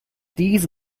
these